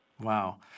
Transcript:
Wow